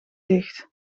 dicht